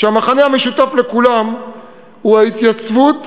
והמכנה המשותף לכולן הוא ההתייצבות